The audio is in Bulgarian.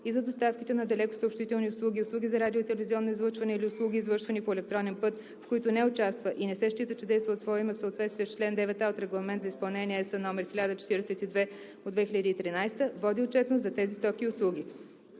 и за доставките на далекосъобщителни услуги, услуги за радио- и телевизионно излъчване или услуги, извършвани по електронен път, в които не участва и не се счита, че действа от свое име в съответствие с чл. 9а от Регламент за изпълнение (ЕС) № 1042/2013, води отчетност за тези стоки и услуги.